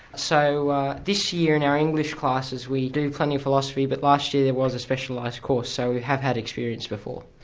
so this year in our english classes we do plenty of philosophy, but last year it was a specialised course, so we have had experience before.